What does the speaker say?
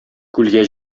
күлгә